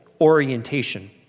orientation